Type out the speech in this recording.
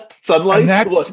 Sunlight